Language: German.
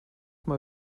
mal